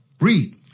Read